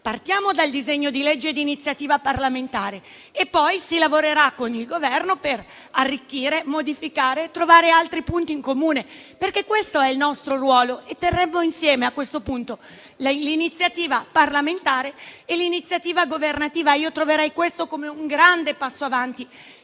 Partiamo dal disegno di legge di iniziativa parlamentare e poi lavoriamo con il Governo per arricchire, modificare e trovare altri punti in comune, perché questo è il nostro ruolo e terremmo insieme l'iniziativa parlamentare e l'iniziativa governativa. Troverei questo come un grande passo avanti